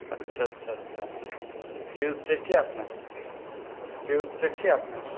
اچھا اچھا اچھا فیوز چیک کیا آپ نے چیک کیا آپ نے